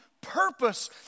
purpose